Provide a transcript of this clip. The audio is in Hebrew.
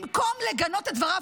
במקום לגנות את דבריו,